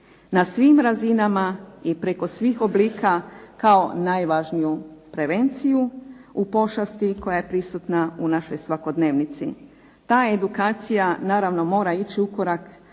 na svim razinama i preko svih oblika kao najvažniju prevenciju u pošasti koja je prisutna u našoj svakodnevnici. Ta edukacija naravno mora ići ukorak